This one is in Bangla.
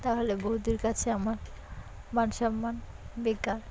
তাহলে বৌদির কাছে আমার মানসম্মান বেকার